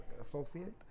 associate